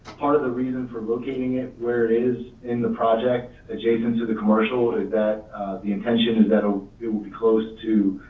part of the reason for locating it where it is in the project adjacent to the commercial is that the intention is that it will be close to